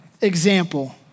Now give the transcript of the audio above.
example